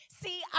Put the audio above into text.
See